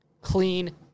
clean